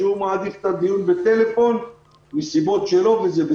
שמעדיף את הדיון בטלפון,